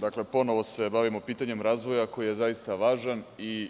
Dakle, ponovo se bavimo pitanjem razvoja, koji je zaista važan i